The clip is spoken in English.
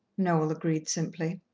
noel agreed simply.